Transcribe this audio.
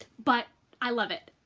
but i love it.